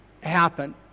happen